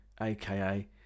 aka